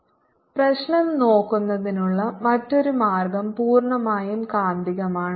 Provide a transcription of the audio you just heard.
rr P പ്രശ്നം നോക്കുന്നതിനുള്ള മറ്റൊരു മാർഗം പൂർണ്ണമായും കാന്തികമാണ്